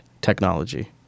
technology